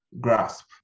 grasp